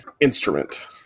instrument